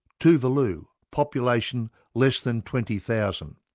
tuvalu, population less than twenty thousand,